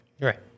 Right